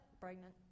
pregnant